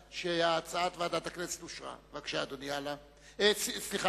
הצעת ועדת הכנסת להעביר את הצעת חוק סדר